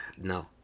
No